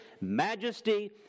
majesty